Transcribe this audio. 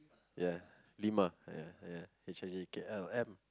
ya lima ya ya H I J K L M